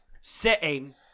sitting